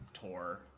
tour